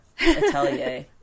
Atelier